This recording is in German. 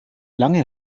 lange